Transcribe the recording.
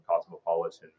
cosmopolitan